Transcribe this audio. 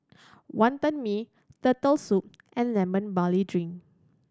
Wantan Mee Turtle Soup and Lemon Barley Drink